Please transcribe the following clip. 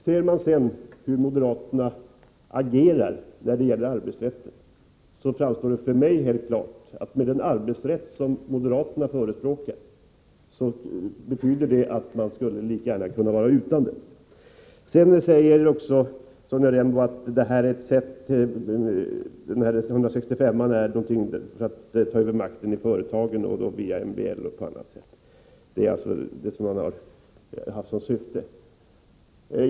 Ser man sedan hur moderaterna agerar när det gäller arbetsrätten, framstår det för mig helt klart att den arbetsrätt som moderaterna förespråkar skulle man lika gärna kunna vara utan. Sonja Rembo säger också att syftet med proposition 165 är att ta över makten i företagen via MBL och på annat sätt.